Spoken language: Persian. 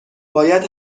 باید